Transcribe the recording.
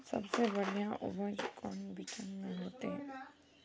सबसे बढ़िया उपज कौन बिचन में होते?